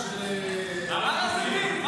ספר על בתי עלמין.